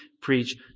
preach